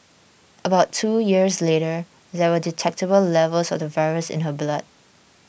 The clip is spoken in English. about two years later there were detectable levels of the virus in her blood